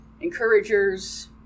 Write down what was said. encouragers